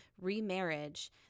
remarriage